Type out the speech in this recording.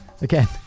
again